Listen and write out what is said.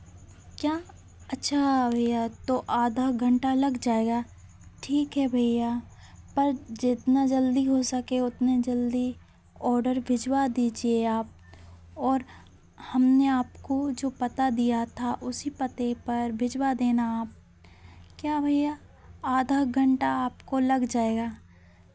क्या अच्छा भैया तो आधा घंटा लग जाएगा ठीक है भैया पर जितना जल्दी हो सके उतने जल्दी ऑर्डर भिजवा दीजिए आप और हमने आपको जो पता दिया था उसी पते पर भिजवा देना आप क्या भैया आधा घंटा आपको लग जाएगा